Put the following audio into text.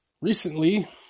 recently